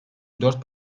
dört